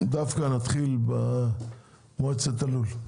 נתחיל דווקא במועצת הלול.